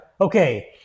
Okay